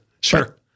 sure